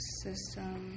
system